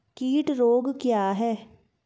कीट रोग क्या है?